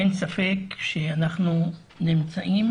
אין ספק שאנחנו נמצאים